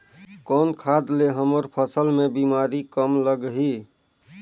कौन खाद ले हमर फसल मे बीमारी कम लगही?